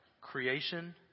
Creation